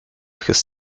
his